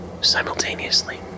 simultaneously